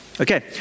Okay